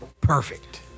Perfect